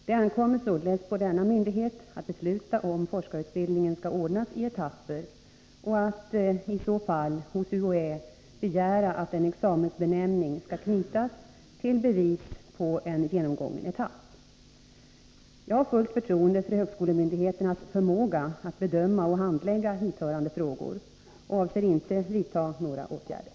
Det ankommer således på denna myndighet att besluta om forskarutbildningen skall ordnas i etapper och att i så fall hos UHÄ begära att en examensbenämning skall knytas till bevis på en genomgången etapp. Jag har fullt förtroende för högskolemyndigheternas förmåga att bedöma och handlägga hithörande frågor och avser inte att vidta några åtgärder.